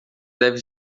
deve